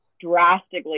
drastically